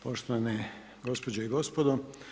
Poštovane gospođe i gospodo.